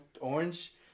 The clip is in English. orange